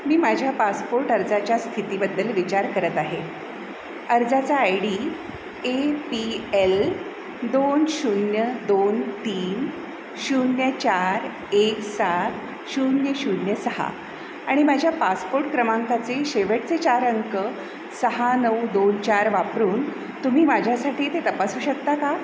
मी माझ्या पासपोर्ट अर्जाच्या स्थितीबद्दल विचार करत आहे अर्जाचा I D A P L दोन शून्य दोन तीन शून्य चार एक सात शून्य शून्य सहा आणि माझ्या पासपोर्ट क्रमांकाचे शेवटचे चार अंक सहा नऊ दोन चार वापरून तुम्ही माझ्यासाठी ते तपासू शकता का